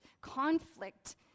conflict